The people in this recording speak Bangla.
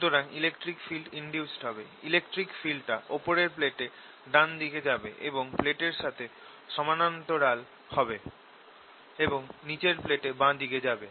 সুতরাং ইলেকট্রিক ফিল্ড ইন্ডিউসড হবে ইলেকট্রিক ফিল্ডটা ওপরের প্লেটের ডান দিকে যাবে এবং প্লেটের সাথে সমান্তরাল হবে এবং নিচের প্লেটে বাঁ দিকে যাবে